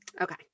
Okay